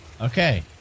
Okay